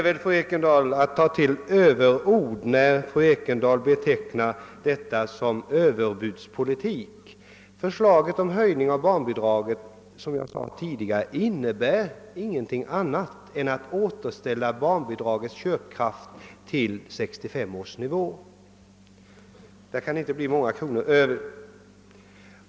När fru Ekendahl betecknade förslaget om höjning av barnbidraget som överbudspolitik från mittenpartiernas sida är det väl att ta till överord. Förslaget innebär, som jag sade tidigare, i stort sett bara att barnbidragets köpkraft återställes till 1965 års nivå; det kan inte bli många kronor över.